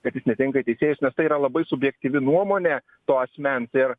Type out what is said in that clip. kad jis netinka į teisėjus nes tai yra labai subjektyvi nuomonė to asmens ir